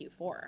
Q4